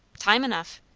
time enough.